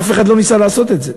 אף אחד לא ניסה לעשות את זה.